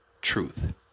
truth